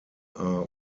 are